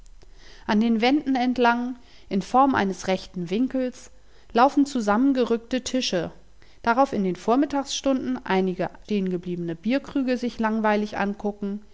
an den wänden entlang in form eines rechten winkels laufen zusammengerückte tische darauf in den vormittagsstunden einige stehengebliebene bierkrüge sich langweilig angucken